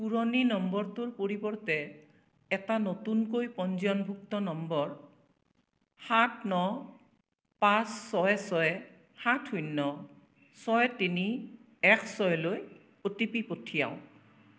পুৰণি নম্বৰটোৰ পৰিৱৰ্তে এটা নতুনকৈ পঞ্জীয়নভুক্ত নম্বৰ সাত ন পাঁচ ছয় ছয় সাত শূন্য ছয় তিনি এক ছয়লৈ অ' টি পি পঠিয়াওক